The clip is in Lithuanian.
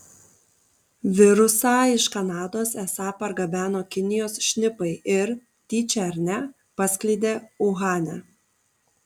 virusą iš kanados esą pargabeno kinijos šnipai ir tyčia ar ne paskleidė uhane